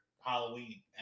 Halloween